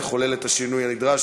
נחולל את השינוי הנדרש.